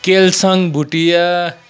Kelsang Bhutia